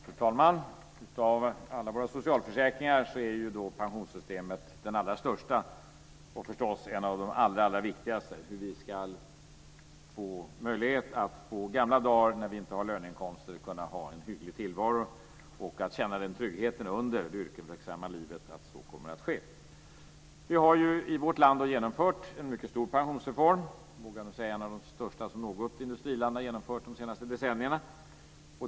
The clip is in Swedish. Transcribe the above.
Fru talman! Av alla våra socialförsäkringar är pensionssystemet den allra största och förstås en av de allra viktigaste. Det handlar om hur vi ska få möjlighet att, på gamla dar när vi inte har löneinkomster, kunna ha en hygglig tillvaro och känna tryggheten under det yrkesverksamma livet att så kommer att ske. Vi har i vårt land genomfört en mycket stor pensionsreform - jag vågar nog säga att det är en av de största som något industriland har genomfört de senaste decennierna.